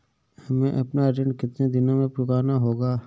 हमें अपना ऋण कितनी दिनों में चुकाना होगा?